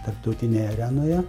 tarptautinėje arenoje